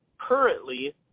currently